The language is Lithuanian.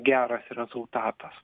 geras rezultatas